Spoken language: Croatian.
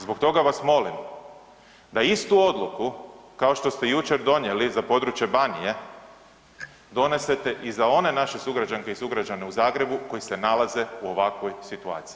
Zbog toga vas molim da istu odluku kao što ste jučer donijeli za područje Banije donesete i za one naše sugrađanke i sugrađane u Zagrebu koji se nalaze u ovakvoj situaciji.